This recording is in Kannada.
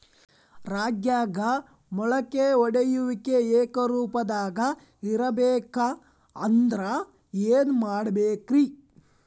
ರಾಗ್ಯಾಗ ಮೊಳಕೆ ಒಡೆಯುವಿಕೆ ಏಕರೂಪದಾಗ ಇರಬೇಕ ಅಂದ್ರ ಏನು ಮಾಡಬೇಕ್ರಿ?